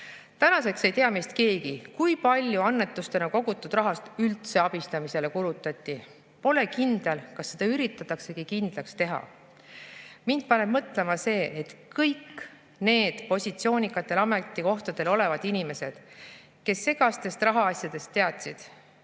Tänaseks ei tea meist keegi, kui palju annetustena kogutud rahast üldse abistamisele kulutati. Pole kindel, kas seda üritataksegi kindlaks teha. Mind paneb mõtlema see, et kõik need positsioonikatel ametikohtadel olevad inimesed, kes segastest rahaasjadest teadsid,